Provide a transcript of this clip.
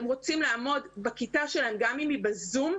הם רוצים לעמוד בכיתה שלהם גם אם היא בזום,